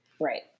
Right